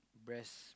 breast